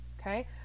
Okay